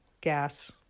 gas